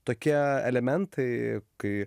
tokie elementai kai